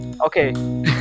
Okay